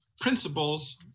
principles